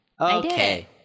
Okay